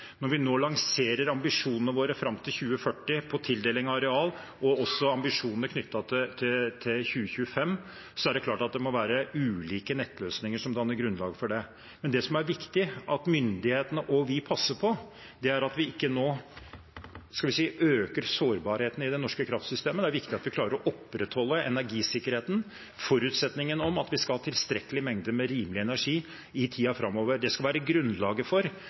Når vi nå lanserer ambisjonene våre fram mot 2040 på tildeling av areal og også ambisjoner knyttet til 2025, er det klart at det må være ulike nettløsninger som danner grunnlaget for det. Det som det er viktig at myndighetene og vi passer på, er at vi ikke nå øker sårbarheten i det norske kraftsystemet. Det er viktig at vi klarer å opprettholde energisikkerheten – forutsetningen om at vi skal ha tilstrekkelig mengde med rimelig energi i tiden framover. Det skal være grunnlaget for